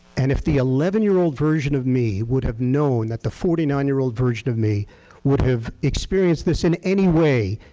and if the eleven year old version of me would have known that the forty nine year old version of me would have experienced this in any way,